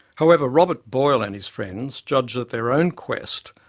however, robert boyle and his friends judged that their own quest,